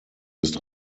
ist